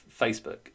Facebook